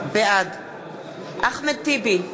בעד אחמד טיבי,